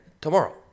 tomorrow